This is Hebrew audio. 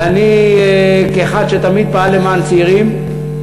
ואני כאחד שתמיד פעל למען צעירים.